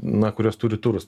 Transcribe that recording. na kurios turi turus